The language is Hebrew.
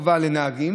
לנהגים